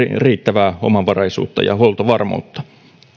riittävää omavaraisuutta ja huoltovarmuutta